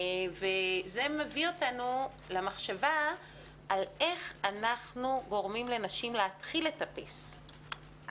זה מביא אותנו למחשבה איך אנחנו גורמים לנשים להתחיל לטפס.